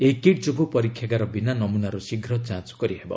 ଏହି କିଟ୍ ଯୋଗୁଁ ପରୀକ୍ଷାଗାର ବିନା ନମୁନାର ଶୀଘ୍ର ଯାଞ୍ଚ କରିହେବ